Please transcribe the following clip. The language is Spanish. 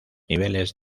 niveles